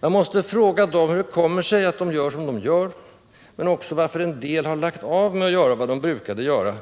Man måste fråga dessa hur det kommer sig att de gör det de gör, men också varför en del har lagt av att göra vad de brukade göra,